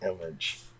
Image